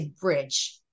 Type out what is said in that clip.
bridge